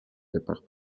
départs